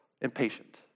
impatient